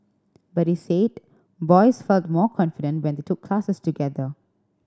but he said boys felt more confident when they took classes together